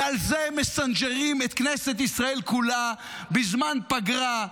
ועל זה מסנג'רים את כנסת ישראל כולה בזמן פגרה,